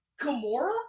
Gamora